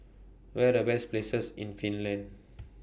What Are The Best Places in Finland